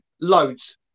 Loads